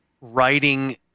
writing